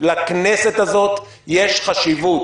לכנסת הזאת יש חשיבות.